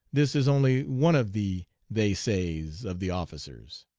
this is only one of the they says of the officers.